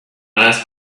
ask